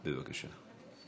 בבקשה.